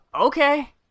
Okay